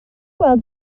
gweld